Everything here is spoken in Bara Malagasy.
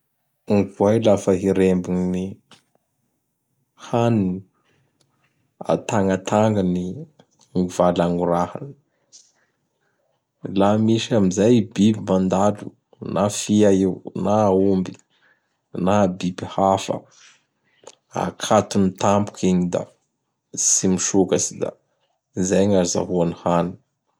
Gny Voay lafa hiremby gny haniny! Atagnatagnany ny valagnorahany. Laha misy amin'izay biby mandalo na Fia io na Aomby na biby hafa; akatony tampoky igny da tsy misokatsy da izay gny azahoany hany.